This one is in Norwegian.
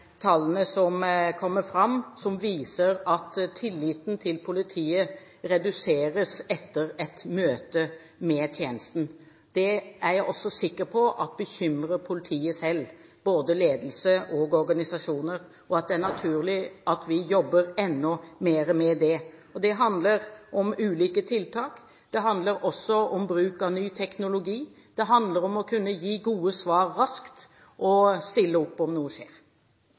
tallene som kommer fram, som viser at tilliten til politiet reduseres etter et møte med tjenesten. Det er jeg også sikker på bekymrer politiet selv, både ledelse og organisasjoner, og det er naturlig at vi jobber enda mer med dette. Det handler om ulike tiltak. Det handler også om bruk av ny teknologi, og det handler om å kunne gi gode svar raskt og stille opp om noe skjer.